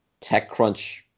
TechCrunch